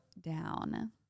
down